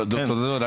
ד"ר דאדון,